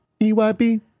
EYB